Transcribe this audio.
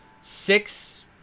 six